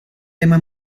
tema